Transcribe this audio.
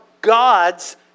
God's